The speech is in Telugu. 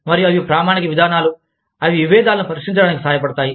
మరియు అవి ప్రామాణిక విధానాలు అవి విభేదాలను పరిష్కరించడానికి సహాయపడతాయి